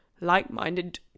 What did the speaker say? like-minded